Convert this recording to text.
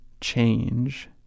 change